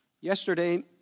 Yesterday